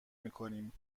میکنیم